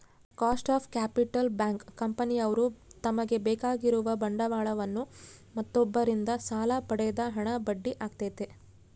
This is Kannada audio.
ಕಾಸ್ಟ್ ಆಫ್ ಕ್ಯಾಪಿಟಲ್ ಬ್ಯಾಂಕ್, ಕಂಪನಿಯವ್ರು ತಮಗೆ ಬೇಕಾಗಿರುವ ಬಂಡವಾಳವನ್ನು ಮತ್ತೊಬ್ಬರಿಂದ ಸಾಲ ಪಡೆದ ಹಣ ಬಡ್ಡಿ ಆಗೈತೆ